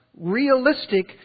realistic